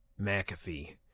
McAfee